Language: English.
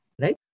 right